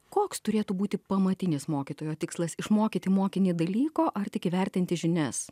koks turėtų būti pamatinis mokytojo tikslas išmokyti mokinį dalyko ar tik įvertinti žinias